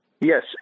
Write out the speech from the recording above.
Yes